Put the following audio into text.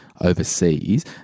overseas